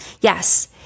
Yes